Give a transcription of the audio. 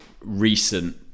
recent